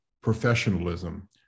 professionalism